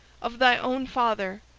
of thy own father,